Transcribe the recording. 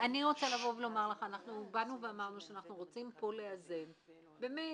אנחנו אמרנו שאנחנו רוצים לאזן פה בין